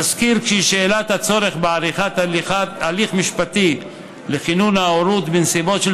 נזכיר כי שאלת הצורך בעריכת הליך משפטי לכינון ההורות בנסיבות של